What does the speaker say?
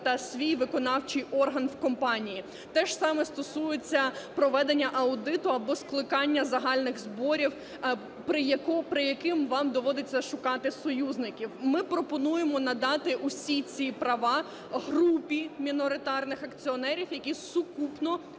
та свій виконавчий орган в компанії. Теж саме стосується проведення аудиту або скликання загальних зборів при яким вам доводиться шукати союзників. Ми пропонуємо надати усі ці права групі міноритарних акціонерів, які сукупно